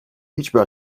hiçbir